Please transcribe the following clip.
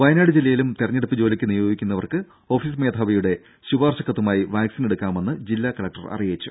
വയനാട് ജില്ലയിലും തെരഞ്ഞെടുപ്പ് ജോലിക്ക് നിയോഗിക്കുന്നവർക്ക് ഓഫീസ് മേധാവിയുടെ ശുപാർശ കത്തുമായി വാക്സിൻ എടുക്കാമെന്ന് ജില്ലാ കലക്ടർ അറിയിച്ചു